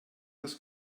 das